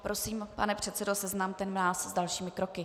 Prosím, pane předsedo, seznamte nás s dalšími kroky.